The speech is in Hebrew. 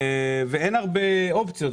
אין הרבה אופציות.